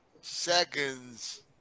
seconds